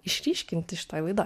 išryškinti šitoj laidoj